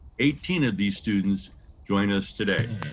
eighteen of these students join us today.